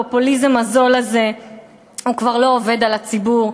הפופוליזם הזול הזה כבר לא עובד על הציבור.